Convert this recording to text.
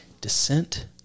descent